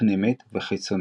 פנימית וחיצונית.